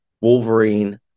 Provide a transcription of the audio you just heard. Wolverine